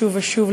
שוב ושוב,